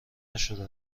نشده